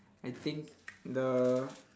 I think the